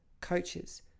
coaches